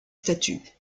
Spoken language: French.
statuts